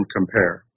compare